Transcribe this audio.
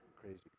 Crazy